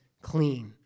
clean